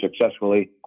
successfully